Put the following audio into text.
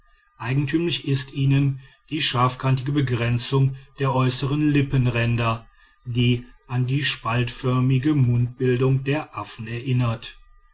eigentümlich ist ihnen die scharfkantige begrenzung der äußern lippenränder die an die spaltförmige mundbildung der affen erinnert